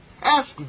Ask